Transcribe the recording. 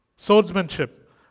Swordsmanship